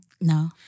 No